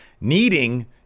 needing